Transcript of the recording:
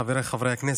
חבריי חברי הכנסת,